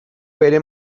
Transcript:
bere